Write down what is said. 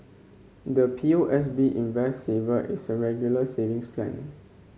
the P O S B Invest Saver is a Regular Savings Plan